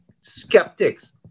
skeptics